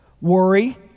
Worry